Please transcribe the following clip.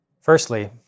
Firstly